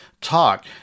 talk